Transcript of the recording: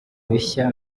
bishya